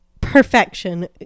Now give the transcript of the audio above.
Perfection